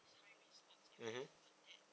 mmhmm